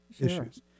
issues